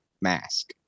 mask